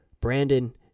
Brandon